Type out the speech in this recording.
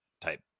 type